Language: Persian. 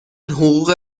حقوق